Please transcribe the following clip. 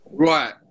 Right